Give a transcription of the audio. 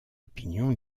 opinion